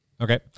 Okay